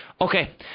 Okay